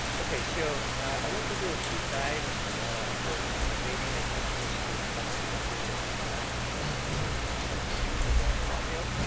okay, so, i won't take a deep dive for the abatement. i think mister culverson did a good job in covering this um a bit more in detail.